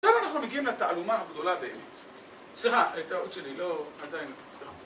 עכשיו אנחנו מגיעים לתעלומה הגדולה באמת. סליחה, טעות שלי, לא, עדיין